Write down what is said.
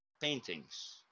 paintings